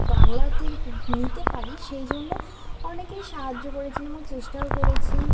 বাংলাতের নিতে পারি সেই জন্য অনেকেই সাহায্য করেছেন এবং চেষ্টাও করেছেন